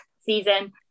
season